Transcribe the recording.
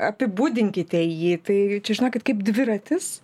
apibūdinkite jį tai čia žinokit kaip dviratis